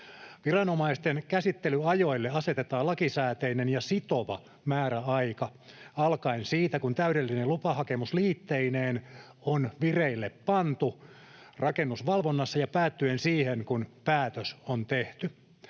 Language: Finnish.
Viranomaisten käsittelyajoille asetetaan lakisääteinen ja sitova määräaika alkaen siitä, kun täydellinen lupahakemus liitteineen on pantu vireille rakennusvalvonnassa, ja päättyen siihen, kun päätös on tehty.